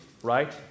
Right